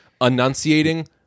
enunciating